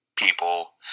people